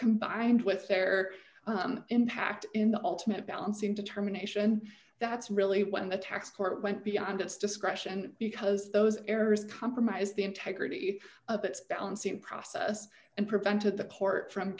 combined with their impact in the ultimate balancing determination that's really when the tax court went beyond its discretion because those errors compromise the integrity of that balancing process and prevented the port from